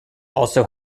also